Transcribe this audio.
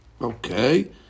Okay